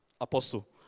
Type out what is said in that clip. apostle